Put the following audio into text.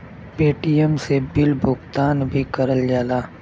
Paytm से bill भुगतान भी करल जाला